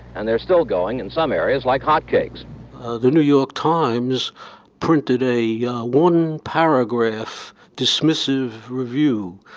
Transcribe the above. and they're still going in some areas like hotcakes the new york times printed a one paragraph dismissive review,